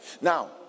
now